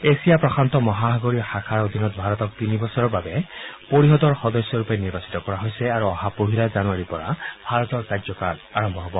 Asia প্ৰশান্ত মহাসাগৰীয় শাখাৰ অধীনত ভাৰতক তিনি বছৰৰ বাবে পৰিষদৰ সদস্যৰূপে নিৰ্বাচিত কৰা হৈছে আৰু অহা পহিলা জানুৱাৰীৰ পৰা ভাৰতৰ কাৰ্যকাল আৰম্ভ হব